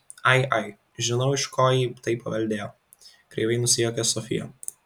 ai ai žinau iš ko ji tai paveldėjo kreivai nusijuokė sofija